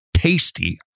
Tasty